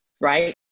right